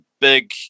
big